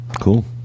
Cool